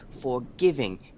forgiving